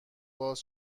باز